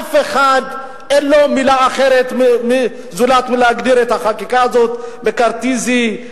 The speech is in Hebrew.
אף אחד אין לו מלה אחרת להגדיר את החקיקה הזאת זולת מקארתיסטית,